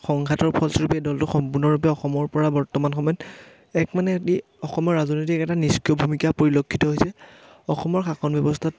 সংঘাটৰ ফলস্বৰূপে দলটো সম্পূৰ্ণৰূপে অসমৰ পৰা বৰ্তমান সময়ত এক মানে এটি অসমৰ ৰাজনৈতিক এটা নিষ্ক্ৰিয় ভূমিকা পৰিলক্ষিত হৈছে অসমৰ শাসন ব্যৱস্থাত